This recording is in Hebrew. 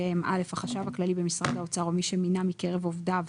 שהם: (א) החשב הכללי במשרד האוצר או מי שמינה מקרב עובדיו,